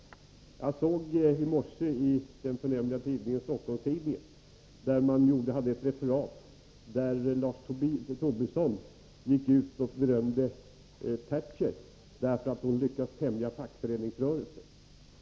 Jag såg i morse i den förnämliga StockholmsTidningen ett referat, där Lars Tobisson gick ut och berömde Mrs. Thatcher för att hon lyckats tämja fackföreningsrörelsen.